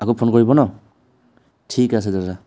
আকৌ ফোন কৰিব ন ঠিক আছে দাদা